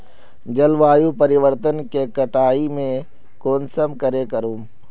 जलवायु परिवर्तन के कटाई में कुंसम करे करूम?